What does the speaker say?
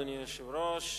אדוני היושב-ראש,